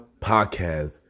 Podcast